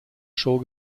show